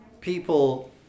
people